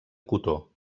cotó